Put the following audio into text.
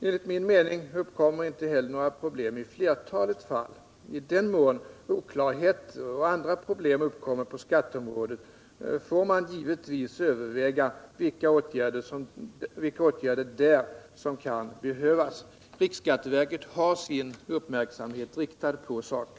Enligt min mening uppkommer inte heller några problem i flertalet fall. I den mån oklarheter och andra problem uppkommer på skatteområdet får man givetvis överväga vilka åtgärder som där kan behövas. Riksskatteverket har sin uppmärksamhet riktad på saken.